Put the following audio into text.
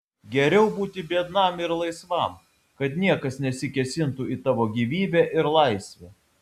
geriau būti biednam ir laisvam kad niekas nesikėsintų į tavo gyvybę ir laisvę